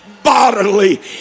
bodily